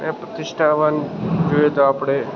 અને પ્રતિષ્ઠાવાન જોઈએ તો આપણે